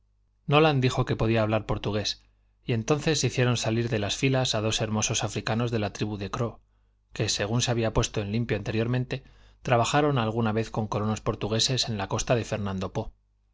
el inglés nolan dijo que podía hablar portugués y entonces hicieron salir de las filas a dos hermosos africanos de la tribu de kroo que según se había puesto en limpio anteriormente trabajaron alguna vez con colonos portugueses en la costa de fernando po